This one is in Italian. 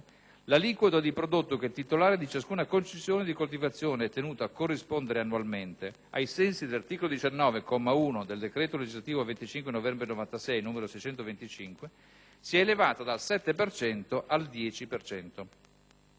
l'aliquota di prodotto che il titolare di ciascuna concessione di coltivazione è tenuto a corrispondere annualmente, ai sensi dell'articolo 19, comma 1, del decreto legislativo 25 novembre 1996, n. 625, sia elevata dal 7 per